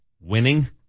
Winning